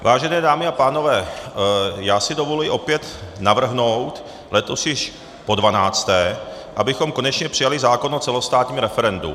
Vážené dámy a pánové, já si dovoluji opět navrhnout, letos již podvanácté, abychom konečně přijali zákon o celostátním referendu.